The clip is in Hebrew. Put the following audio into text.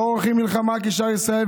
לא עורכין מלחמה כשאר ישראל,